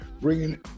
bringing